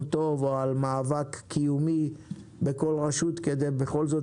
טוב או על מאבק קיומי בכל רשות כדי בכל זאת,